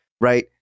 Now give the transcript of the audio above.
right